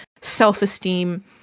self-esteem